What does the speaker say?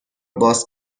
باز